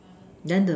land of